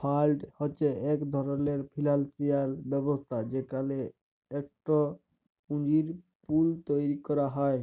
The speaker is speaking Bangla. ফাল্ড হছে ইক ধরলের ফিল্যালসিয়াল ব্যবস্থা যেখালে ইকট পুঁজির পুল তৈরি ক্যরা হ্যয়